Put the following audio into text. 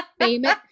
famous